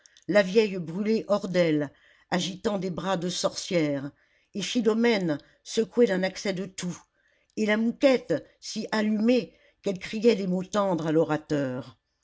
la vieille brûlé hors d'elle agitant des bras de sorcière et philomène secouée d'un accès de toux et la mouquette si allumée qu'elle criait des mots tendres à l'orateur